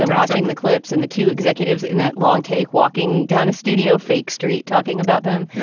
and watching the clips and the two executives in that long take, walking down a studio, fake street, talking about them.